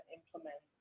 implement